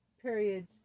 period